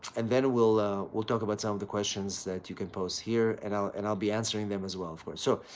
and then, we'll ah we'll talk about some of the questions that you can pose here and i'll and i'll be answering them as well, of course. so,